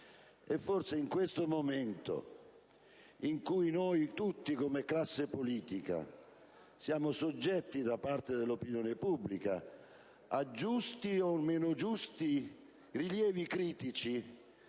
Forse in questo momento, in cui noi tutti, come classe politica, siamo soggetti, da parte dell'opinione pubblica, a giusti, o meno giusti, rilievi critici,